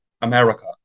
America